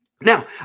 Now